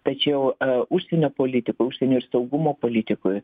tačiau užsienio politikoj užsienio ir saugumo politikoj